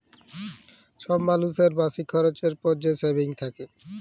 ছব মালুসের মাসিক খরচের পর যে সেভিংস থ্যাকে